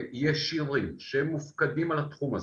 יש שארים שהם מופקדים על התחום הזה.